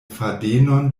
fadenon